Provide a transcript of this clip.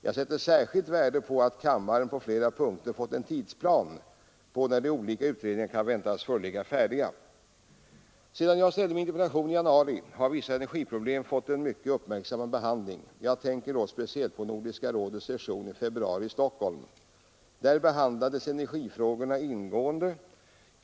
Jag sätter särskilt värde på att kammaren på flera punkter fått en tidsplan som anger när de olika utredningarna kan förväntas föreligga färdiga. Sedan jag ställde min interpellation i januari har vissa energiproblem fått en mycket uppmärksammad behandling. Jag tänker då speciellt på Nordiska rådets session i Stockholm i februari. Där behandlades energifrågorna ingående.